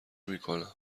میکنم